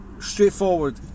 straightforward